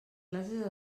classes